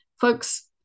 folks